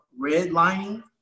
redlining